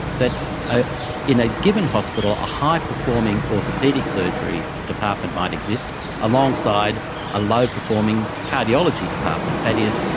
that ah in a given hospital, a high performing orthopaedic surgery department might exist alongside a low performing cardiology department. that is,